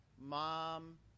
mom